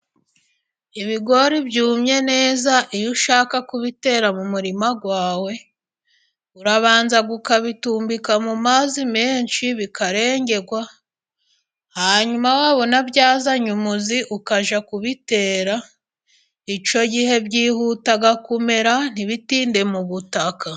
Ibigori byumye neza iyo ushaka kubitera mu murima wawe, urabanza ukabitumbika mu mazi menshi bikarengerwa, hanyuma wabona byazanye umuzi, ukajya kubitera, icyo gihe byihuta kumera, ntibitinde mu butaka